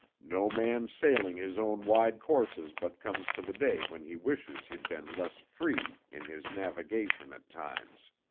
no man sailing his own wide courses but comes to the day when he wishes he'd been less free in his navigation at times.